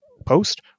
post